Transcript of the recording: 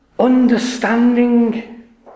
understanding